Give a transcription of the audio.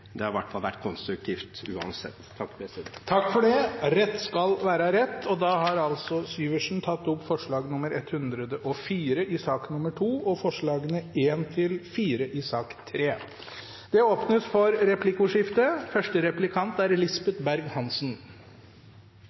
har i hvert fall vært konstruktivt, uansett. Rett skal være rett. Representanten Hans Olav Syversen tatt opp forslag nr. 104 i sak nr. 2 og forslagene nr. 1–4 i sak nr. 3. Det blir replikkordskifte. Det er